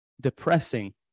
depressing